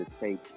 take